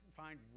find